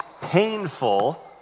painful